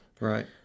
right